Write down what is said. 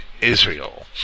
Israel